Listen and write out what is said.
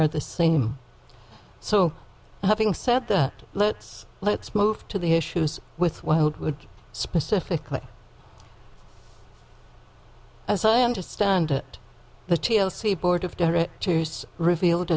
are the same so having said that let's let's move to the issues with wildwood specifically as i understand it the t l c board of directors revealed